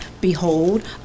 Behold